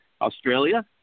Australia